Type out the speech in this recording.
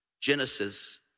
Genesis